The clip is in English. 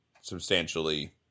substantially